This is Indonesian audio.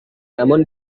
namun